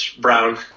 Brown